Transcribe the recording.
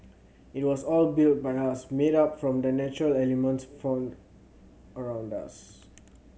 it was all built by us made up from the natural elements found around us